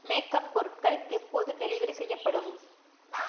makeup பொருட்கள் எப்போது delivery செய்யப்படும்